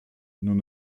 nous